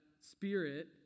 spirit